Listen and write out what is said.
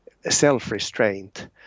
self-restraint